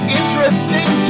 interesting